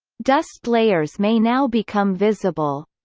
dust layers may now become visible.